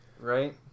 right